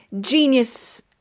genius